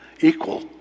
Equal